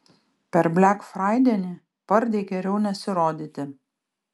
per blekfraidienį pardėj geriau nesirodyti